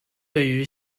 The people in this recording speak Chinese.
对于